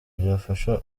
byafasha